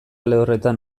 lehorretan